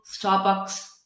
Starbucks